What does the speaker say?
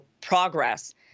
progress